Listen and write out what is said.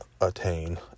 attain